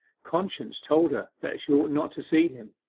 conscience told her that she ought not to see him.